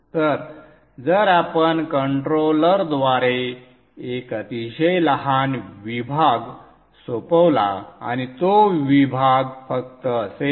तर जर आपण कंट्रोलरद्वारे एक अतिशय लहान विभाग सोपवला आणि तो विभाग फक्त असेल